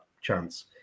chance